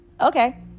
Okay